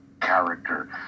character